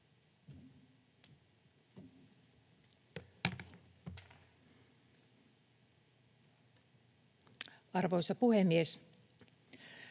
Arvoisa puhemies!